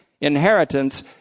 inheritance